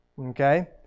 Okay